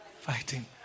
fighting